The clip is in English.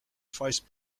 vice